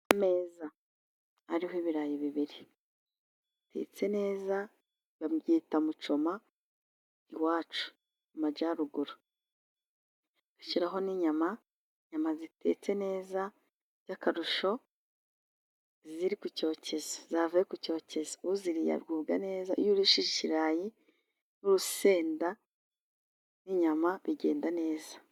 Ameza ariho ibirayi bibiri bitetse neza babyita mucoma. Iwacu amajyaruguru ushyiraho n'inyama, inyama zitetse neza y'akarusho ziri kucyokezo zavuye ku cyokezo, uziririye agubwa neza, iyo urisha ikirayi n'urusenda n'inyama bigenda neza.